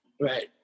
Right